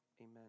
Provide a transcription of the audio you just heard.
amen